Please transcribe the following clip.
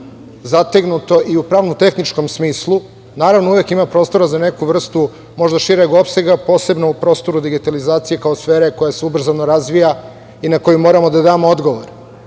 zategnuto i u pravno-tehničkom smislu. Naravno, uvek ima prostora za neku vrstu možda šireg opsega posebno u prostoru digitalizacije kao sfere koja se ubrzano razvija i na koji moramo da damo odgovor.